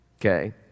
okay